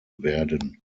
werden